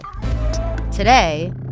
Today